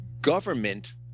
government